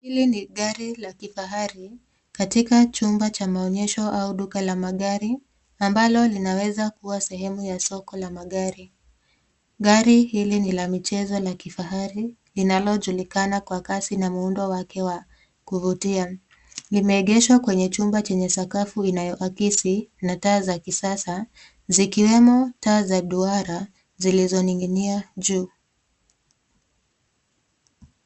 Hili ni gari la kifahari. Katika chumba cha maonyesho au duka la magari, ambalo linaweza kuwa sehemu ya soko la magari. Gari hili ni la michezo na kifahari linalojulikana kwa kasi na muundo wake wa kuvutia. Limeegeshwa kwenye chumba chenye sakafu inayoakisi na taa za kisasa, zikiwemo taa za duara zilizoning'inia juu.